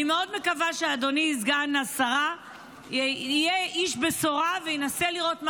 אני מאוד מקווה שאדוני סגן השרה יהיה איש בשורה וינסה לראות מה